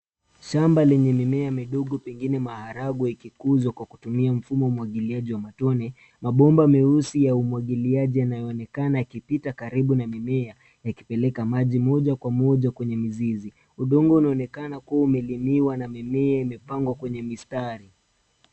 Shamba lenye mimea midogo pengine maharagwe ikikuzwa kutumia mfumo wa umwagiliaji wa matone. Mabomba meusi ya umwagiliaji yanaonekana yakipita karibu na mimea yakipeleka maji moja kwa moja kwenye mizizi. Udongo unaonekana kuwa umelimwa na mimea imepangwa kwenye mistari.